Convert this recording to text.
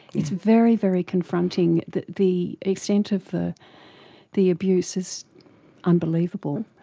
it's very, very confronting, the the extent of the the abuse is unbelievable.